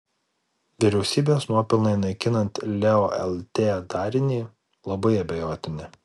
vyriausybės nuopelnai naikinant leo lt darinį labai abejotini